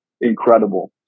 Incredible